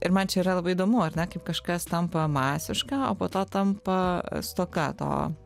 ir man čia yra labai įdomu ar ne kaip kažkas tampa masiška o po to tampa stoka to